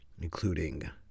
including